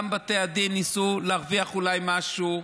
גם בתי הדין ניסו להרוויח אולי משהו,